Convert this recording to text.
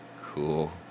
cool